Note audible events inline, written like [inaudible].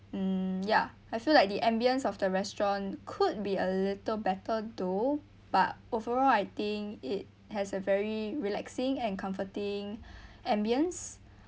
mm ya I feel like the ambience of the restaurant could be a little better though but overall I think it has a very relaxing and comforting [breath] ambience